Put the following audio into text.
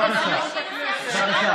מזכירות הכנסת.